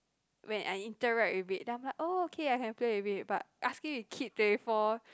when I interact with it then I'm like oh okay I can play with it but ask me to keep twenty four